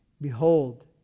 Behold